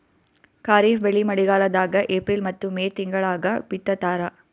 ಖಾರಿಫ್ ಬೆಳಿ ಮಳಿಗಾಲದಾಗ ಏಪ್ರಿಲ್ ಮತ್ತು ಮೇ ತಿಂಗಳಾಗ ಬಿತ್ತತಾರ